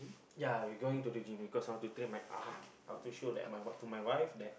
ya we going to the gym because I want to train my arm I want to show that my wife to my wife that